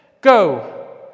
Go